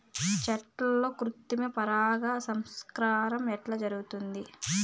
చెట్లల్లో కృత్రిమ పరాగ సంపర్కం ఎట్లా జరుగుతుంది?